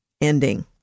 ending